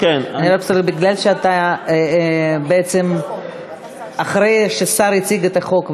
מכיוון שאתה אחרי ששר הציג את החוק,